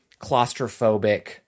claustrophobic